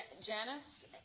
Janice